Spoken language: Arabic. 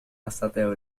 أستطيع